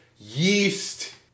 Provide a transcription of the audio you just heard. yeast